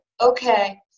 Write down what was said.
okay